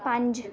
ਪੰਜ